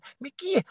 Mickey